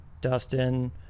dustin